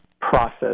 process